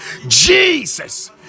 jesus